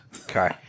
Okay